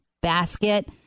basket